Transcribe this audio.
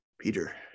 Peter